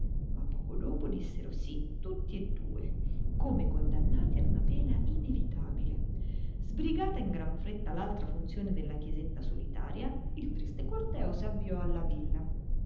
ma poco dopo dissero sì tutti e due come condannati a una pena inevitabile sbrigata in gran fretta l'altra funzione nella chiesetta solitaria il triste corteo s'avviò alla villa